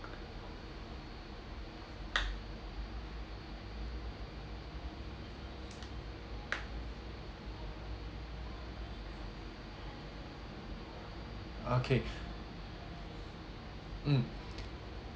okay mm